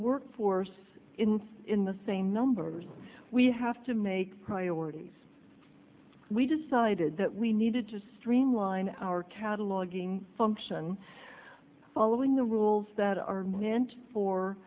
work force in in the same numbers we have to make priorities we decided that we needed to streamline our cataloguing function following the rules that are meant for